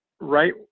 right